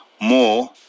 more